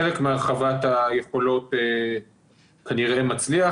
חלק מהרחבת היכולות כנראה מצליח,